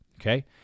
okay